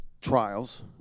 trials